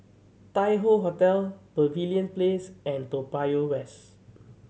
Tai Hoe Hotel Pavilion Place and Toa Payoh West